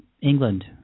England